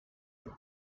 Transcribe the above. aux